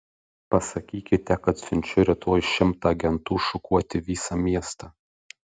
pasakykite kad siunčiu rytoj šimtą agentų šukuoti visą miestą